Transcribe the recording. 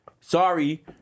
Sorry